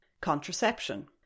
Contraception